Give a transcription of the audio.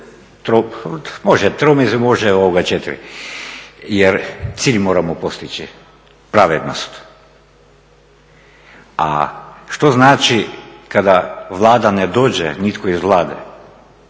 može tro, može 4 jer cilj moramo postići, pravednost. A što znači kada Vlada ne dođe nitko iz Vlade